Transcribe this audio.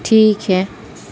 ٹھیک ہے